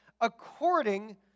according